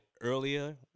earlier